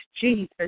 Jesus